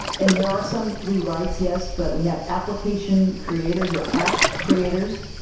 and there are some rewrites, yes, but we have application creators or app creators,